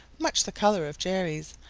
much the color of jerry's,